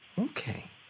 Okay